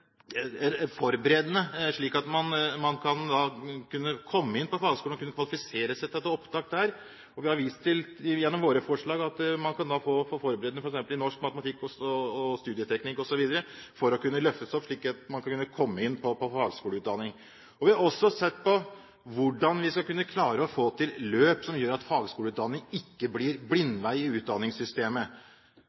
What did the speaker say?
forberedende utdanning, slik at man kan komme inn på fagskolen og kvalifisere seg til opptak der. Vi har gjennom våre forslag vist til at man kan få forberedende f.eks. i norsk, matematikk og studieteknikk osv. for å kunne løftes opp, slik at man kan komme inn på fagskoleutdanningen. Vi har også sett på hvordan vi skal kunne klare å få til løp som gjør at fagskoleutdanning ikke blir en blindvei i utdanningssystemet.